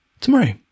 tomorrow